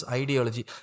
ideology